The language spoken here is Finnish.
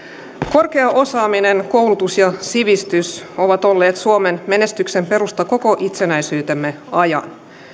korkea osaaminen koulutus ja sivistys ovat olleet suomen menestyksen perusta koko itsenäisyytemme ajan